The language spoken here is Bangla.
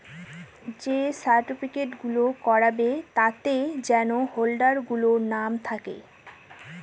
যে সার্টিফিকেট গুলো করাবে তাতে যেন হোল্ডার গুলোর নাম থাকে